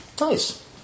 Nice